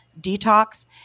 detox